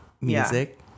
music